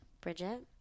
Bridget